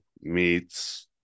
meats